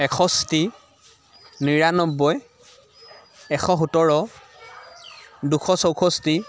এষষ্ঠি নিৰান্নবৈ এশ সোতৰ দুশ চৌষষ্ঠি